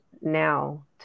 now